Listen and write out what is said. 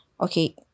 Okay